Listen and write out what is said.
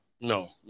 No